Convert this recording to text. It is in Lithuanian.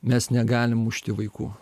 mes negalim mušti vaikų